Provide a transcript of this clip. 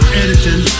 editing